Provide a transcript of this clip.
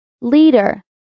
Leader